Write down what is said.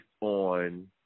on